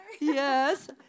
Yes